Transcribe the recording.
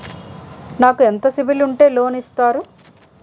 నాకు ఎంత సిబిఐఎల్ ఉంటే లోన్ ఇస్తారు?